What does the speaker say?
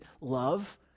love